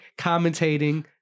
commentating